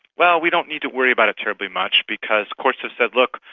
well, we don't need to worry about it terribly much because courts have said, look,